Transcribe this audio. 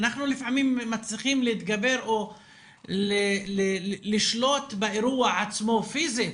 אנחנו לפעמים מצליחים להתגבר או לשלוט באירוע עצמו פיזית,